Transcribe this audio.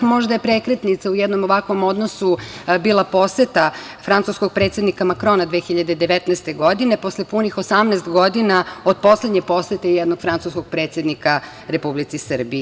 Možda je prekretnica u jednom ovakvom odnosu bila poseta francuskog predsednika Makrona 2019. godine, posle punih 18 godina od poslednje posete jednog francuskog predsednika Republici Srbiji.